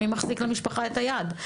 מי מחזיק למשפחה את היד?